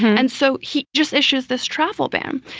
and so he just issued this travel ban.